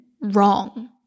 wrong